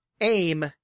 AIM